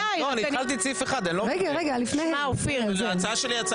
אני התחלתי את סעיף 1. על ההצעה שלי,